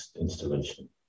installation